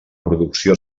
producció